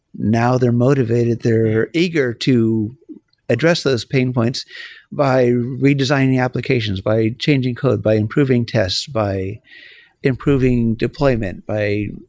now they're motivated, they're eager to address those pain points by redesigning applications, by changing code, by improving tests, by improving deployment, by